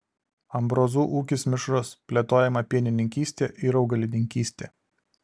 ambrozų ūkis mišrus plėtojama pienininkystė ir augalininkystė